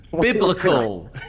Biblical